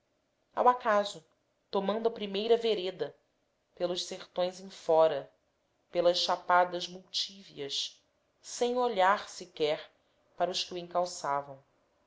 ao acaso tomando a primeira vereda pelos sertões em fora pelas chapadas multívias sem olhar sequer para